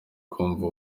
kumva